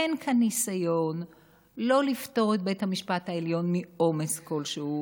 אין כאן ניסיון לפטור את בית המשפט העליון מעומס כלשהו,